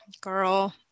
Girl